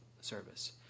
service